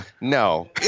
No